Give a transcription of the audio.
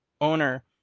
owner